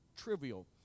Trivial